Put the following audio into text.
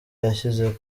yashyize